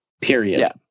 period